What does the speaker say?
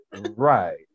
Right